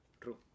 True